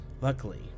Luckily